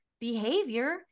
Behavior